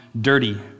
dirty